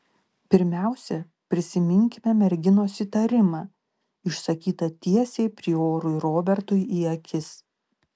pirmiausia prisiminkime merginos įtarimą išsakytą tiesiai priorui robertui į akis